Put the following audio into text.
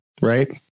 right